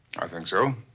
ah think so.